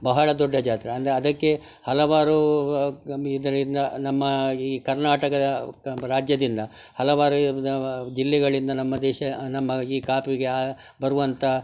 ಬಹಳ ದೊಡ್ಡ ಜಾತ್ರೆ ಅಂದರೆ ಅದಕ್ಕೆ ಹಲವಾರು ಇದರಿಂನಮ್ಮ ಈ ಕರ್ನಾಟಕ ರಾಜ್ಯದಿಂದ ಹಲವಾರು ಜಿಲ್ಲೆಗಳಿಂದ ನಮ್ಮ ದೇಶ ನಮ್ಮ ಈ ಕಾಪುವಿಗೆ ಆ ಬರುವಂತಹ